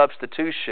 substitution